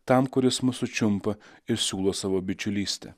tam kuris mus sučiumpa ir siūlo savo bičiulystę